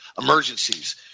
emergencies